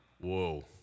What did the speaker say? whoa